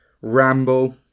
ramble